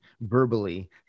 verbally